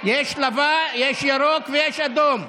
יש ירוק ויש אדום.